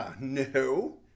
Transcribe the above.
No